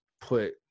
put